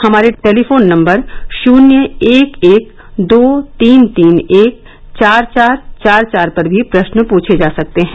हमारे telephone number शुन्य एक एक दो तीन तीन एक चार चार चार पर भी प्रश्न पूछ सकते हैं